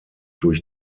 durch